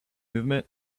movement